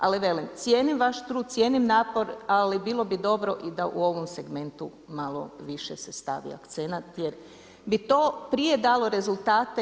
Ali velim, cijenim vaš trud, cijenim napor ali bilo bi dobro da u ovom segmentu malo više se stavi akcenat jer bi to prije dalo rezultate.